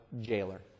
jailer